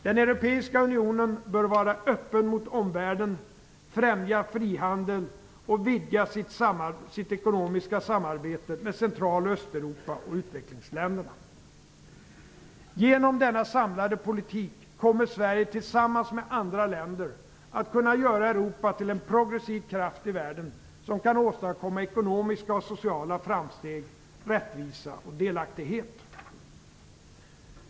Den europeiska unionen bör vara öppen mot omvärlden, främja frihandel och vidga sitt ekonomiska samarbete med Central och Östeuropa och utvecklingsländerna. Genom denna samlade politik kommer Sverige tillsammans med andra länder att kunna göra Europa till en progressiv kraft i världen som kan åstadkomma ekonomiska och sociala framsteg, rättvisa och delaktighet.